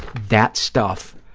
that stuff,